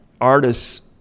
artists